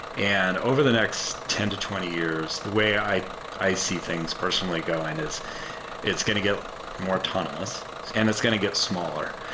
and over the next ten to twenty years, the way i i see things personally going is it's going to get more autonomous and it's going to get smaller.